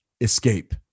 escape